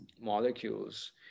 molecules